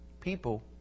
people